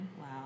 Wow